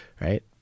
right